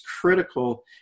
critical